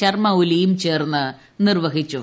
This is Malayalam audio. ശർമ്മ ഒലിയും ചേർന്ന് നിർവ്വഹിച്ചു